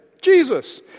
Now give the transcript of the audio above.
Jesus